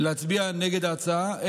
להצביע נגד ההצעה,